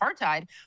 apartheid